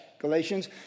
Galatians